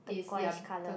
turquoise colour